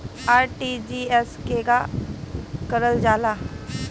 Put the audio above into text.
RTGS केगा करलऽ जाला?